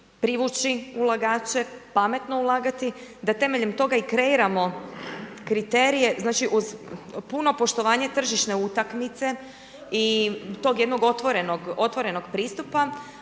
privući ulagače, pametno ulagati, da temeljem toga i kreiramo kriterije, znači uz puno poštovanje tržišne utakmice i tog jednog otvorenog pristupa,